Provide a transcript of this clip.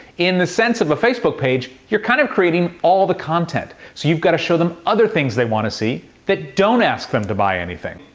in the sense of a facebook page, you're kind of creating all the content, so you've got to show them other things they want to see, that don't ask them to buy anything.